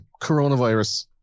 coronavirus